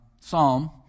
psalm